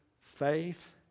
faith